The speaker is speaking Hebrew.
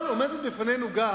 אבל עומדת בפנינו גם